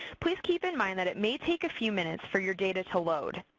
please keep in mind that it may take a few minutes for your data to load.